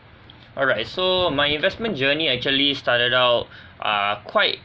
alright so my investment journey actually started out err quite